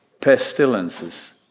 Pestilences